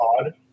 odd